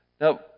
Now